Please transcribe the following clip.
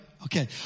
Okay